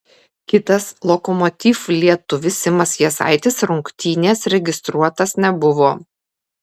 kitas lokomotiv lietuvis simas jasaitis rungtynės registruotas nebuvo